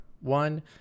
one